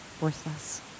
worthless